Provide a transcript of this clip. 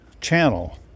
Channel